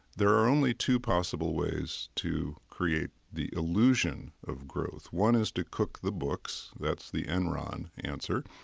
there are only two possible ways to create the illusion of growth. one is to cook the books. that's the enron answer.